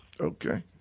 Okay